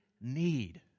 need